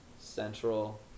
Central